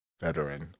veteran